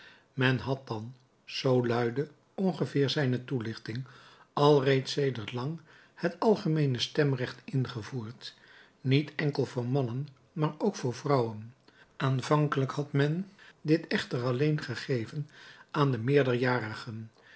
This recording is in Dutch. men had dan zoo luidde ongeveer zijne toelichting al reeds sedert lang het algemeene stemrecht ingevoerd niet enkel voor mannen maar ook voor vrouwen aanvankelijk had men dit echter alleen gegeven aan de